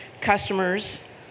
customers